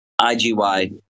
IGY